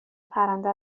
پرنده